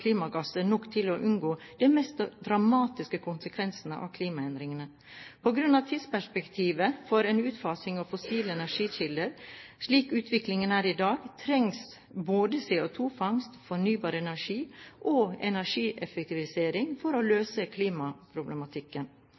nok til å unngå de mest dramatiske konsekvensene av klimaendringene. På grunn av tidsperspektivet for en utfasing av fossile energikilder slik utviklingen er i dag, trengs både CO2-fangst, fornybar energi og energieffektivisering for å løse klimaproblematikken.